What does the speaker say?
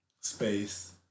space